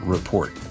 Report